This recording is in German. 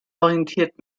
orientiert